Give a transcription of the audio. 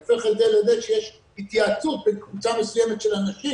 זה הופך את זה לזה שיש התייעצות בין קבוצה מסוימת של אנשים,